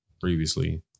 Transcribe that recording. previously